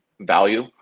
value